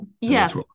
Yes